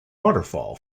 waterfall